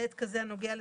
למעט כזה הנוגע לסוללה.